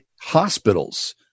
hospitals